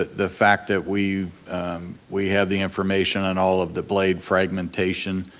the the fact that we we have the information and all of the blade fragmentation,